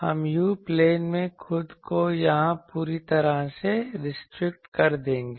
हम u plane में खुद को यहां पूरी तरह से रिस्ट्रिक्ट कर देंगे